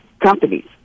companies